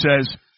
says